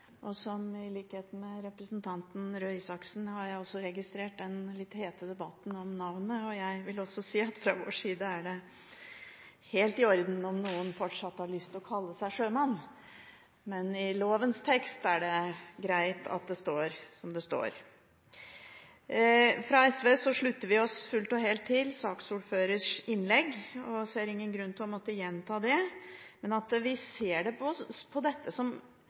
I likhet med representanten Røe Isaksen, har også jeg registrert den litt opphetede debatten om navnet. Jeg vil også si at fra vår side er det helt i orden om noen fortsatt har lyst å kalle seg sjømann, men i lovens tekst er det greit at det står som det står. SV slutter seg fullt og helt til saksordførerens innlegg, og jeg ser ingen grunn til å måtte gjenta det. Vi ser på det som skjer i dag, ikke bare som